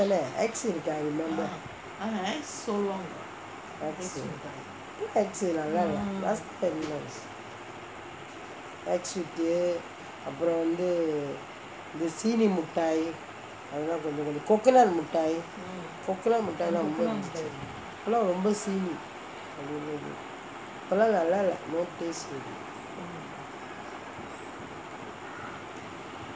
X மிட்டாய்:mittai remember இப்பே:ippae X நல்லாலேnallaalae last time only nice X மிட்டாய் அப்ரோ வந்து இந்த சீனி மிட்டாய் அதுலா கொஞ்சம் கொஞ்சம்:mittai apro vanthu intha seeni mittai athulaa konjam konjam coconut மிட்டாய்:mittai coconut மிட்டாய் லாம் ரொம்ப இருந்துச்சு இப்பெல்லாம் ரொம்ப சீனி இப்பெல்லாம் நல்லாலே:mittai laam romba irunthuchu ippelaam romba seeni ippelaam nallaalae no taste already